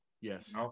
Yes